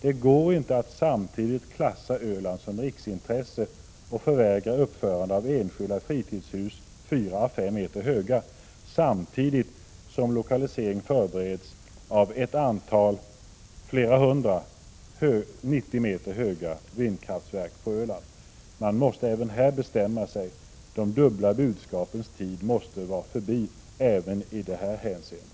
Det går inte att samtidigt klassa Öland som riksintresse och förvägra uppförande av 4 å 5 m höga enskilda fritidshus, samtidigt som lokalisering till Öland förbereds av flera hundra 90 m höga vindkraftverk. Man måste bestämma sig — de dubbla budskapens tid måste vara förbi även i detta hänseende.